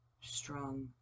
strong